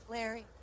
Larry